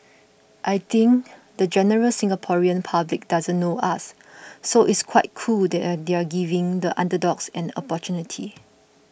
I think the general Singaporean public doesn't know us so it's quite cool that they're there giving the underdogs an opportunity